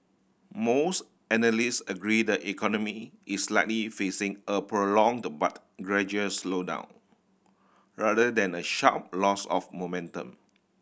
most analysts agree the economy is likely facing a prolonged but gradual slowdown rather than a sharp loss of momentum